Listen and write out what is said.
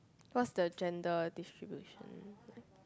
what's the gender distribution like